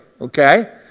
Okay